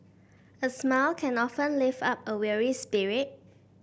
a smile can often lift up a weary spirit